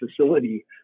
facility